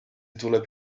tuleb